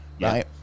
right